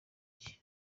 gihe